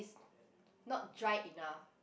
not dry enough